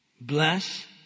Bless